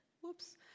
whoops